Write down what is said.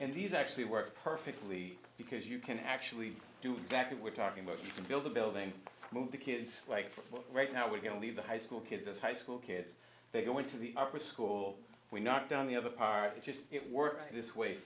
and these actually work perfectly because you can actually do exactly we're talking about you can build a building move the kids like for right now we're going to leave the high school kids us high school kids they go into the school we knock down the other part it just it works this way